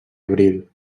abril